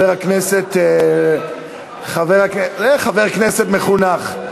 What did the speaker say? זה חבר כנסת מחונך.